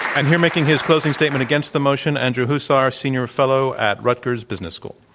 and here making his closing statement against the motion, andrew huszar, senior fellow at rutgers business school.